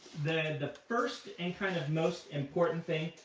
the first, and kind of most important thing,